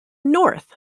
north